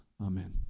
Amen